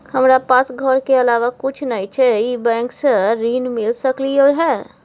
हमरा पास घर के अलावा कुछ नय छै ई बैंक स ऋण मिल सकलउ हैं?